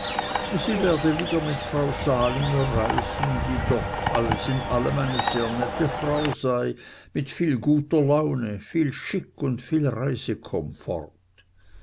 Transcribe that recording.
sie werde wieder mit frau salinger reisen die doch alles in allem eine sehr nette frau sei mit viel guter laune viel chic und viel